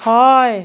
হয়